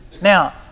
now